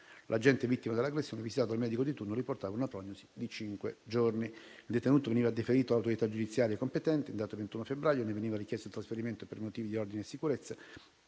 L'agente vittima dell'aggressione, visitato dal medico di turno, riportava una prognosi di cinque giorni. Il detenuto veniva deferito all'autorità giudiziaria competente e, in data 21 febbraio 2023, ne veniva richiesto il trasferimento per motivi di ordine e sicurezza